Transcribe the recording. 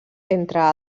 entre